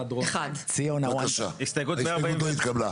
ההסתייגות לא התקבלה.